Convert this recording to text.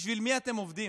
בשביל מי אתם עובדים?